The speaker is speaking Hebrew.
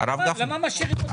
(היו"ר ולדימיר בליאק,